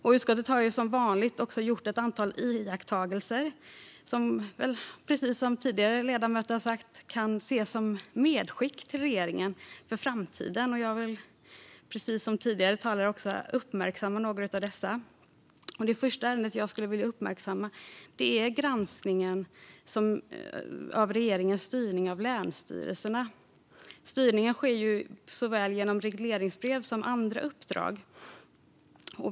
Utskottet har som vanligt gjort ett antal iakttagelser som, precis som andra ledamöter har sagt tidigare, kan ses som medskick till regeringen för framtiden. Jag vill liksom tidigare talare uppmärksamma några av dessa. Det första ärendet jag vill uppmärksamma är granskningen av regeringens styrning av länsstyrelserna. Styrningen sker såväl genom regleringsbrev som genom andra uppdrag.